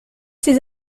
ces